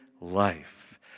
life